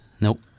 Nope